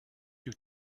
due